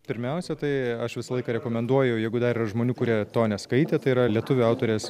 pirmiausia tai aš visą laiką rekomenduoju jeigu dar yra žmonių kurie to neskaitė tai yra lietuvių autorės